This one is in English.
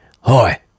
Hi